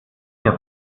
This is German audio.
der